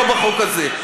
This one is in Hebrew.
לא בחוק הזה.